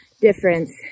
difference